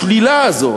השלילה הזאת,